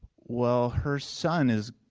well, her son is